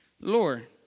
Lord